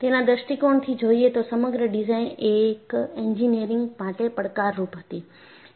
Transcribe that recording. તેના દૃષ્ટિકોણથી જોઈએ તો સમગ્ર ડિઝાઇન એ એક એન્જિનિયરિંગ માટે પડકાર રૂપ હતી